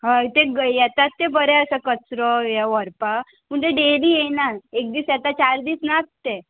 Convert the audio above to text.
हय ते येतात तें बरें आसा कचरो हे व्हरपा पूण ते डेली येना एक दीस येता चार दीस नात ते